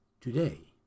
today